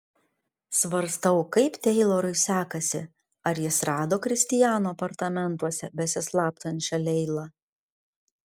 svarstau kaip teilorui sekasi ar jis rado kristiano apartamentuose besislapstančią leilą